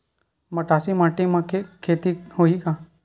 मटासी माटी म के खेती होही का?